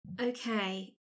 Okay